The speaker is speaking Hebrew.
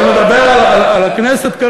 אני מדבר על הכנסת.